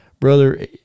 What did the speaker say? brother